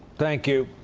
thank you